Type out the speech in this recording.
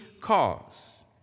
cause